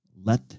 Let